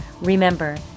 Remember